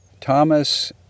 Thomas